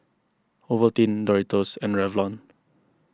Ovaltine Doritos and Revlon